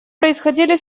происходили